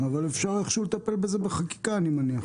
אבל אפשר איכשהו לטפל בזה בחקיקה, אני מניח.